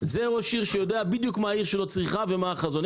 זה ראש עיר שיודע בדיוק מה העיר שלו צריכה ומה החזון.